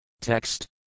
Text